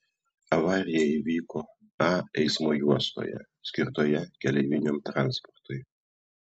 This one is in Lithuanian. avarija įvyko a eismo juostoje skirtoje keleiviniam transportui